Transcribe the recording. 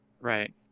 right